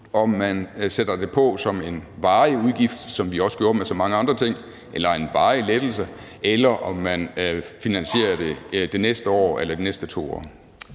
om man sætter det på som en varig udgift eller en varig lettelse, som vi også gjorde med så mange andre ting, eller om man finansierer det det næste år eller de næste 2 år.